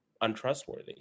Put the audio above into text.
untrustworthy